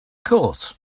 course